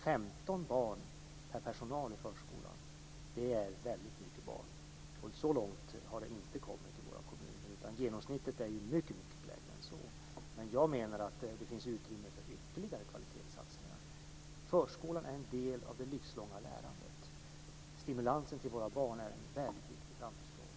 15 barn per anställd i personalen i förskolan är väldigt mycket barn. Så långt har man inte kommit i våra kommuner, utan genomsnittet ligger mycket lägre än så. Jag menar att det finns utrymme för ytterligare kvalitetssatsningar. Förskolan är en del av det livslånga lärandet, och stimulansen till våra barn är en väldigt viktig framtidsfråga.